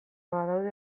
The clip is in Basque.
badaude